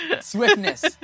swiftness